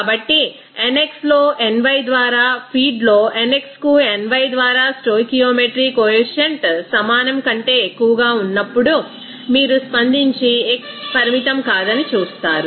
కాబట్టి nx లో ny ద్వారా ఫీడ్ లోnxకు nyద్వారా స్టోయికియోమెట్రీ కొఎఫిషియంట్ సమానం కంటే ఎక్కువగా ఉన్నప్పుడు మీరు స్పందించి x పరిమితం కాదని చూస్తారు